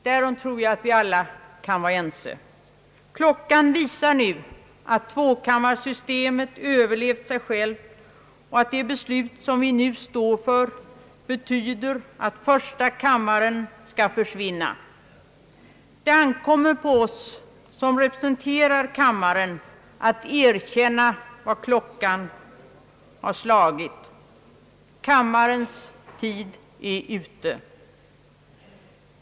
Därom tror jag att vi alla kan vara ense, Klockan visar nu att tvåkammarsystemet har överlevt sig självt och att det beslut som vi står inför betyder att första kammaren skall försvinna. Det ankommer på oss som representerar kammaren att erkänna vad klockan har slagit. Kammarens tid är ute.